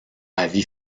avis